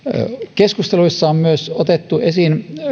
keskusteluissa on otettu esiin myös